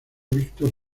víctor